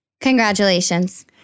Congratulations